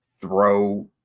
throw